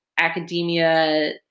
academia